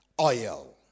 oil